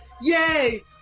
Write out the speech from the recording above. yay